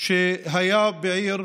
שהיה בעיר,